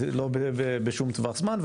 לא בשום טווח זמן,